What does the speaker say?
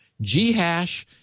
Ghash